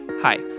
Hi